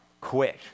quit